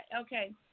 Okay